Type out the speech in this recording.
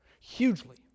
hugely